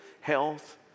health